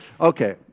okay